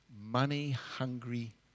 money-hungry